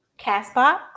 Castbox